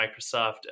Microsoft